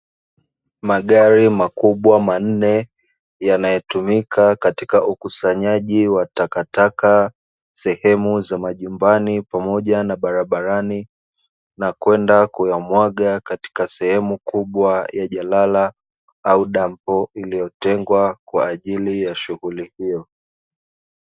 Magari makubwa manne yanayotumika katika ukusanyaji wa takataka sehemu za majumbani pamoja na barabarani, na kwenda kuyamwaga katika sehemu kubwa ya jalala au dampo, iliyotengwa kwa ajili ya shughuli hiyo.